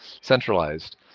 centralized